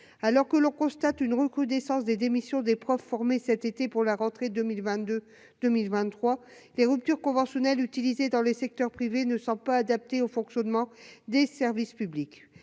alors que l'on constate une recrudescence des démissions, des profs formés cet été pour la rentrée 2022 2023 les ruptures conventionnelles utilisées dans le secteur privé ne sont pas adaptés au fonctionnement des services publics,